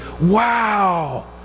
wow